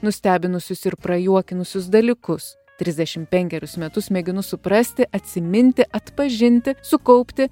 nustebinusius ir prajuokinusius dalykus trisdešimt penkerius metus mėginu suprasti atsiminti atpažinti sukaupti